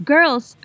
Girls